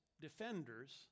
defenders